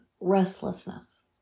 restlessness